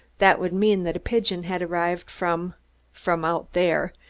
that would mean that a pigeon had arrived from from out there,